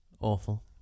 awful